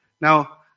Now